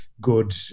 good